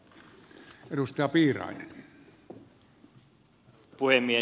arvoisa puhemies